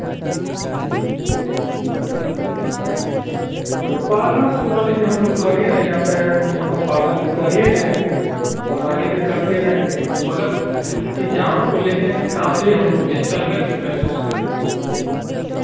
पालन तो मान लीजिए हम लोग कर ही रहें यातायात नियम का पालन कर ही रहे हैं और आगे भी करते रहेंगे मगर इस जाम को लेकिन इन काफी हम लोग डिस्टरबैंस महसूस करते हैं